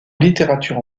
littérature